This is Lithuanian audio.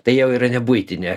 tai jau yra nebuitinė